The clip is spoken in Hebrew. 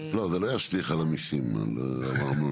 לא, זה לא ישליך על המיסים, על הארנונה.